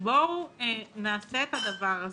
בואו נעשה את הדבר הזה.